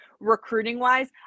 recruiting-wise